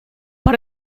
but